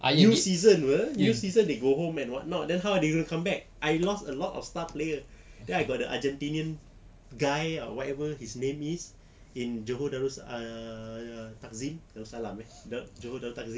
ah new season [pe] new season they go home and whatnot then how they gonna come back I lost a lot of star player then I got the argentinian guy or whatever his name is in johor darus~ ah ya takzim darussalam eh johor takzim